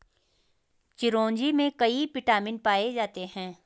चिरोंजी में कई विटामिन पाए जाते हैं